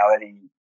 reality